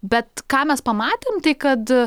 bet ką mes pamatėm tai kad